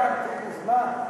זמן, טיבי, זמן.